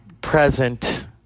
present